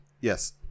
Yes